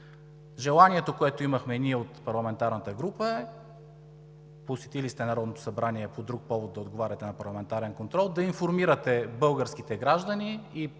Желанието, което имахме от парламентарната ни група – посетили сте Народното събрание по повод да отговаряте на парламентарен контрол – е да информирате българските граждани и